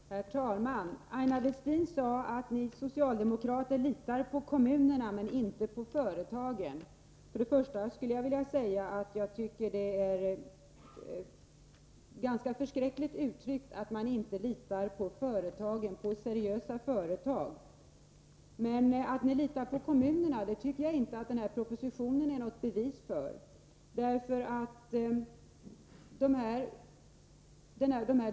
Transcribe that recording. Herr talman! Aina Westin sade att socialdemokraterna litar på kommunerna, men inte på företagen. Jag tycker att det är ett ganska förskräckligt uttalande, att man inte litar på seriösa företag. Att ni litar på kommunerna är inte den här propositionen något bevis för.